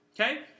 Okay